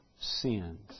sins